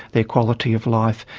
their quality of life,